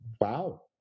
wow